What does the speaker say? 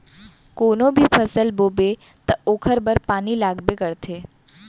कोनो भी फसल बोबे त ओखर बर पानी लगबे करथे